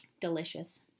Delicious